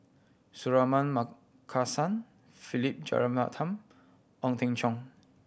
Suratman Markasan Philip Jeyaretnam Ong Teng Cheong